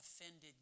offended